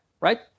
right